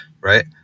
right